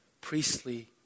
priestly